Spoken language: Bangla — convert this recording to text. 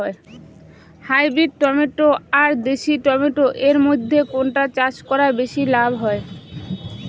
হাইব্রিড টমেটো আর দেশি টমেটো এর মইধ্যে কোনটা চাষ করা বেশি লাভ হয়?